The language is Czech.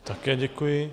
Také děkuji.